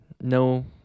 no